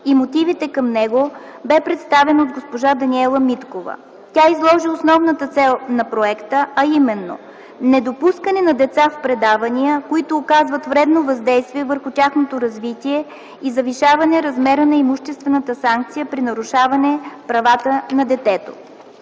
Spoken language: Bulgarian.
и мотивите към него бе представен от госпожа Даниела Миткова. Тя изложи основната цел на проекта, а именно: недопускане на деца в предавания, които оказват вредно въздействие върху тяхното развитие и завишаване размера на имуществената санкция при нарушаване правата на детето.